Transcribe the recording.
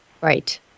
Right